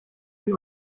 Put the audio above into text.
sie